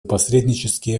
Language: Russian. посреднические